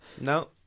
no